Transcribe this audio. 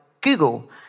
Google